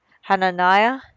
Hananiah